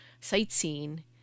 sightseeing